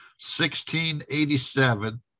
1687